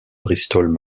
bristol